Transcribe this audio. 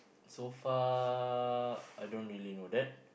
so far I don't really know that